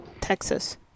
Texas